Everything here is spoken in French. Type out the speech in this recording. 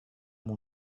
mon